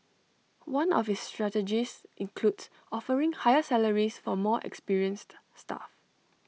one of its strategies includes offering higher salaries for more experienced staff